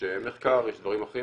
יש מחקר, יש דברים אחרים.